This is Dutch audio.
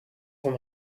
van